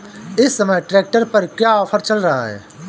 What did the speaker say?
इस समय ट्रैक्टर पर क्या ऑफर चल रहा है?